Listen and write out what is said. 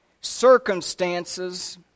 circumstances